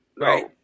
Right